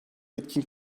etkin